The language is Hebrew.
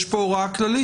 יש פה הוראה כללית,